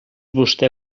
vostè